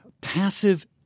passive